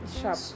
Sharp